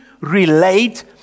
relate